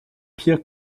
pire